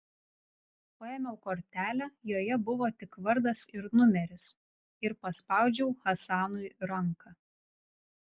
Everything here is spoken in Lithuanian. paėmiau kortelę joje buvo tik vardas ir numeris ir paspaudžiau hasanui ranką